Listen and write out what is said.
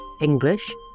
English